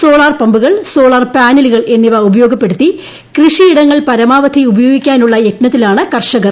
solar പമ്പുകൾ solar പാനലുകൾ എന്നിവ ഉപയോഗപ്പെടുത്തി കൃഷിയിടങ്ങൾ പരമാവധി ഉപയോഗിക്കാനുള്ള യത്നത്തിലാണ് കർഷകർ